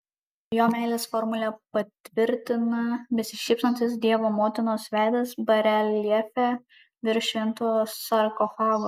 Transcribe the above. jo meilės formulę patvirtina besišypsantis dievo motinos veidas bareljefe virš šventojo sarkofago